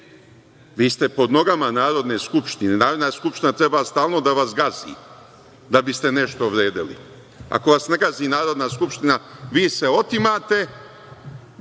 Vi ste pod nogama Narodne skupštine. Narodna skupština treba stalno da vas gazi, da biste nešto vredeli. Ako vas ne gazi Narodna skupština, vi se otimate